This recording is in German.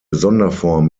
sonderform